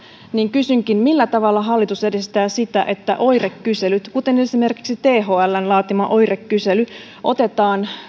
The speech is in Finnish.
kysynkin millä tavalla hallitus edistää sitä että oirekyselyt kuten esimerkiksi thln laatima oirekysely otetaan